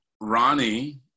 ronnie